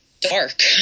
dark